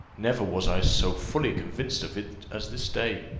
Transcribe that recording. never was i so fully convinced of it as this day.